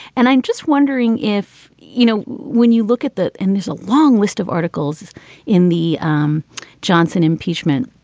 and i'm just wondering if, you know, when you look at that and there's a long list of articles in the um johnson impeachment,